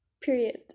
Period